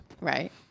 right